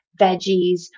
veggies